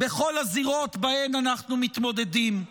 בכל הזירות שבהן אנחנו מתמודדים?